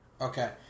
Okay